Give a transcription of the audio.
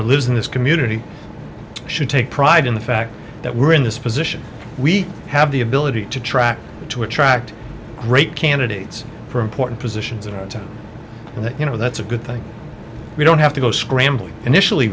lives in this community should take pride in the fact that we're in this position we have the ability to track to attract great candidates for important positions and you know that's a good thing we don't have to go scrambling initially